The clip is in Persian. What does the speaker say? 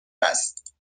است